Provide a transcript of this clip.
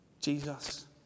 Jesus